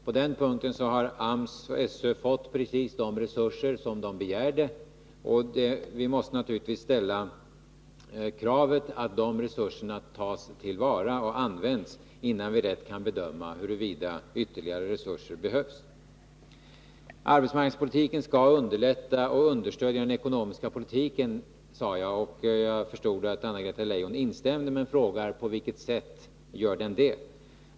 På den punkten har AMS och SÖ fått precis de resurser de begärt. Vi måste naturligtvis ställa kravet att de resurserna tas till vara och används, innan vi rätt kan bedöma huruvida ytterligare resurser behövs. Arbetsmarknadspolitiken skall underlätta och understödja den ekonomiska politiken, sade jag. Jag förstod att Anna-Greta Leijon instämde, men hon frågar på vilket sätt den gör det.